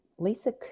Lisa